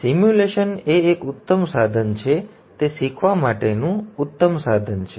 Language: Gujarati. સિમ્યુલેશન એ એક ઉત્તમ સાધન છે તે શીખવા માટેનું એક ઉત્તમ સાધન છે